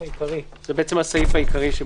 זה הסעיף העיקרי.